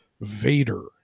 Vader